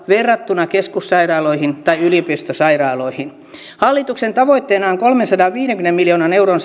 verrattuna keskussairaaloihin tai yliopistosairaaloihin hallituksen tavoitteena on kolmensadanviidenkymmenen miljoonan euron